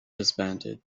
disbanded